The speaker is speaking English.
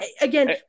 again